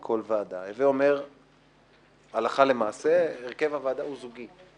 התרבות והספורט ולוועדת הכספים בעניין הצעת חוק להסדר ההימורים בספורט.